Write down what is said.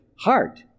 Heart